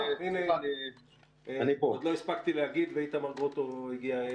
הנה, עוד לא הספקתי להגיד ואיתמר גרוטו הגיע.